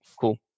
Cool